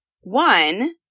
one